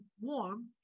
warm